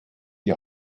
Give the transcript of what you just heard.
die